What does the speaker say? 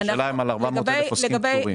אלא על 400,000 עוסקים פטורים.